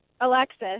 Alexis